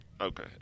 Okay